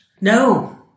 No